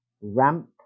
ramp